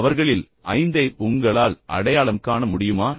அவர்களில் ஐந்தை உங்களால் அடையாளம் காண முடியுமா